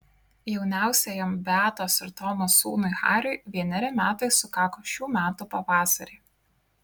jauniausiajam beatos ir tomo sūnui hariui vieneri metai sukako šių metų pavasarį